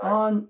on